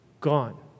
Gone